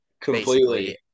completely